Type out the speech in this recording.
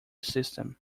system